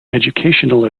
educational